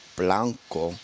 blanco